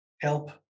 help